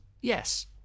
yes